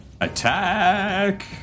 Attack